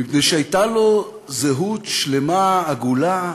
מפני שהייתה לו זהות שלמה, עגולה,